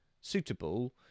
suitable